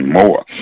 more